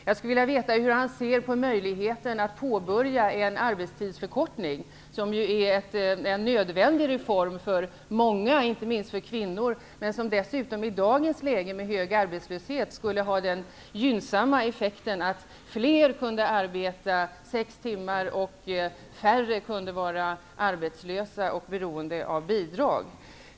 Hur ser Ingvar Carlsson på möjligheterna att påbörja en arbetstidsförkortning, som ju är en nödvändig reform för många, inte minst för kvinnorna, och som dessutom i dagens läge med hög arbetslöshet skulle ha den gynnsamma effekten att fler kunde arbeta sex timmar och färre fick vara arbetslösa och beroende av bidrag?